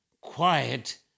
quiet